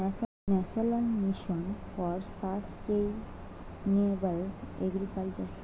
National mission for sustainable agriculture কি?